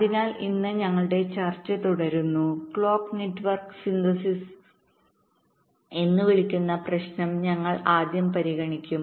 അതിനാൽ ഇന്ന് ഞങ്ങളുടെ ചർച്ച തുടരുന്നു ക്ലോക്ക് നെറ്റ്വർക്ക് സിന്തസിസ്എന്ന് വിളിക്കപ്പെടുന്ന പ്രശ്നം ഞങ്ങൾ ആദ്യം പരിഗണിക്കും